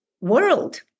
world